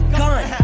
gun